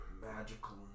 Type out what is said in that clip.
magical